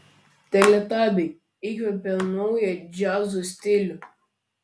teletabiai įkvėpė naują džiazo stilių